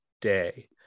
day